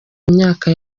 imyaka